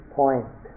point